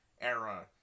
era